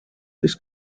this